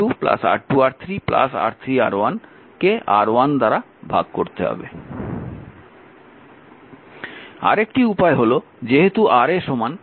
তাই R1R2 R2R3 R3R1 কে R1 দ্বারা ভাগ করতে হবে